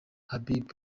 habib